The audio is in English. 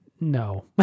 no